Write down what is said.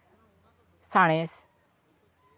ᱥᱟᱬᱮᱥ